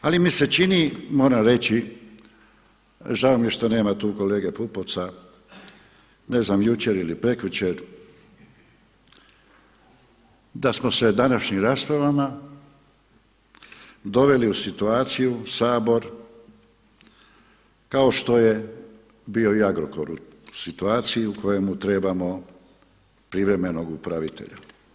Ali mi se čini, moram reći, žao mi je što nema tu kolege Pupovca, ne znam jučer ili prekjučer da smo se današnjim raspravama doveli u situaciju Sabor kao što je bio i Agrokor u situaciju u kojemu trebamo privremenog upravitelja.